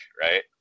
Right